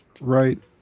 right